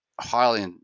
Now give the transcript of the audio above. highly